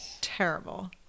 Terrible